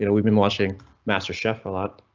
you know we've been watching masterchef alot.